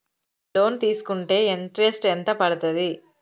Loan తీస్కుంటే interest ఎంత పడ్తది?